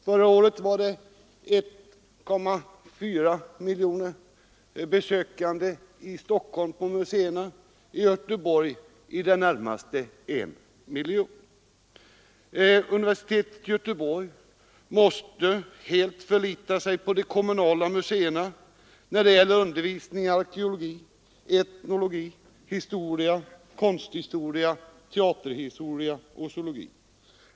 Förra året var det 1,4 miljoner besökande på Stockholms museer, på Göteborgs museer i det närmaste en miljon. Universitetet i Göteborg måste helt förlita sig på de kommunala museerna när det gäller undervisning i arkeologi, etnologi, historia, konsthistoria, teaterhistoria och zoologi.